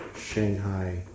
Shanghai